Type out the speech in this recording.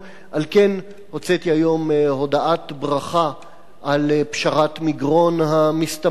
ועל כן הוצאתי היום הודעת ברכה על פשרת מגרון המסתמנת,